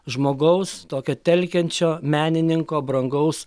žmogaus tokio telkiančio menininko brangaus